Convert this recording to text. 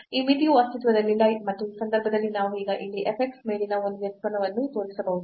ಈ ಮಿತಿಯು ಅಸ್ತಿತ್ವದಲ್ಲಿಲ್ಲ ಮತ್ತು ಈ ಸಂದರ್ಭದಲ್ಲಿ ನಾವು ಈಗ ಇಲ್ಲಿ f x ಮೇಲಿನ ಒಂದು ವ್ಯುತ್ಪನ್ನವನ್ನು ತೋರಿಸಬಹುದು